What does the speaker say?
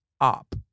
up